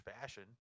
fashion